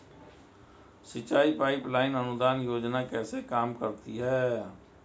सिंचाई pipe line अनुदान योजना कैसे काम करती है?